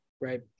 Right